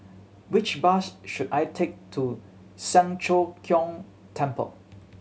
which bus should I take to Siang Cho Keong Temple